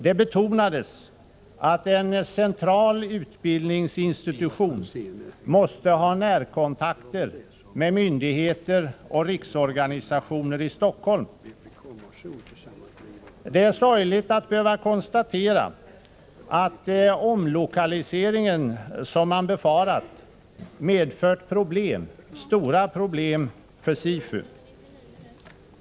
Det betonades att en central utbildningsinstitution måste ha närkontakter med myndigheter och riksorganisationer i Stockholm. Det är sorgligt att behöva konstatera att omlokaliseringen — som man befarade — medfört stora problem för SIFU.